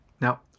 Now